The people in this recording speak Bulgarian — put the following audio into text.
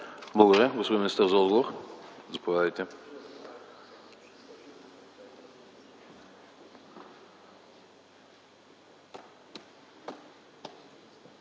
благодаря. Благодаря